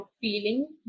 feeling